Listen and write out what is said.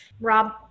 Rob